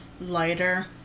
lighter